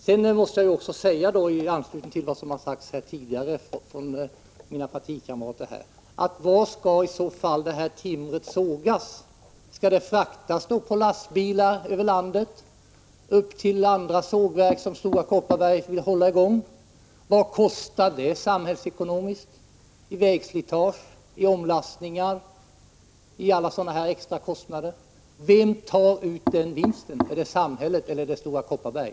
Jag måste instämma i den fråga som har ställts av mina partikamrater tidigare i debatten: Var skall i så fall det här timret sågas? Skall det fraktas på lastbilar över landet till andra sågverk, som Stora Kopparberg vill hålla i gång? Vad kostar det samhällsekonomiskt — i vägslitage, med hänsyn till omlastningar och andra sådana extrakostnader? Vem tar ut vinsten — är det samhället eller är det Stora Kopparberg?